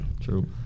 true